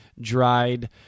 dried